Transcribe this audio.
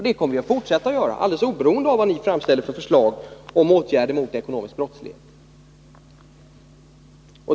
Det kommer vi att fortsätta att göra, alldeles oberoende av vad ni framställer för förslag om åtgärder mot ekonomisk brottslighet.